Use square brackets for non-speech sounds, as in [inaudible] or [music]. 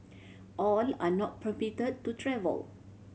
[noise] all are not permit to travel